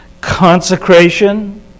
consecration